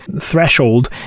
threshold